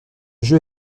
jeu